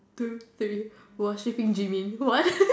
two three worshipping Jimin what